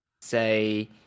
say